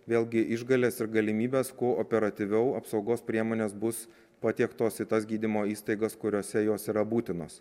vėlgi išgales ir galimybes kuo operatyviau apsaugos priemonės bus patiektos į tas gydymo įstaigas kuriose jos yra būtinos